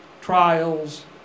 trials